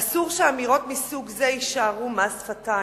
אסור שאמירות מסוג זה יישארו מס שפתיים.